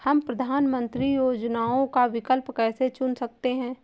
हम प्रधानमंत्री योजनाओं का विकल्प कैसे चुन सकते हैं?